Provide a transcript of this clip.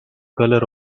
colour